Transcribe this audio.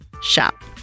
shop